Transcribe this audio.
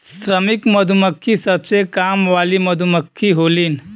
श्रमिक मधुमक्खी सबसे काम वाली मधुमक्खी होलीन